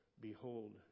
Behold